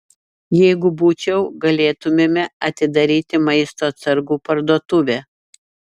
jei būčiau galėtumėme atidaryti maisto atsargų parduotuvę